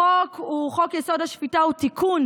החוק הוא חוק-יסוד: השפיטה (תיקון,